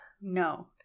No